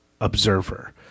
observer